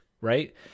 right